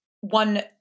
One